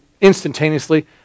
instantaneously